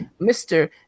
Mr